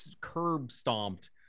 curb-stomped